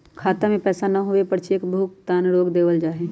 खाता में पैसा न होवे पर चेक भुगतान रोक देयल जा हई